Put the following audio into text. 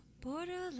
borderline